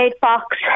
Fox